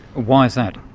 why is that?